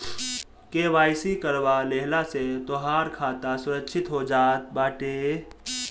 KYC करवा लेहला से तोहार खाता सुरक्षित हो जात बाटे